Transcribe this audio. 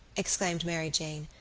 exclaimed mary jane.